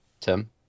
Tim